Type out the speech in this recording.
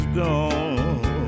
gone